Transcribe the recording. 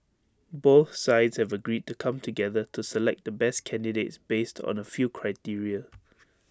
both sides have agreed to come together to select the best candidates based on A few criteria